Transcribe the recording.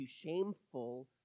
shameful